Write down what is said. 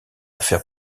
faire